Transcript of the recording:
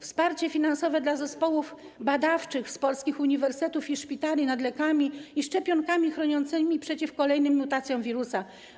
Jest wsparcie finansowe dla zespołów badawczych z polskich uniwersytetów i szpitali nad lekami i szczepionkami chroniącymi przeciw kolejnym mutacjom wirusa.